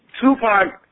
Tupac